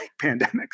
pandemics